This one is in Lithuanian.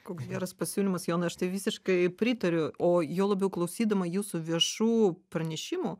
koks geras pasiūlymas jonai aš tai visiškai pritariu o juo labiau klausydama jūsų viešų pranešimų